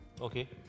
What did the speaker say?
Okay